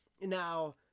Now